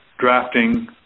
drafting